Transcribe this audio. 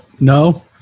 no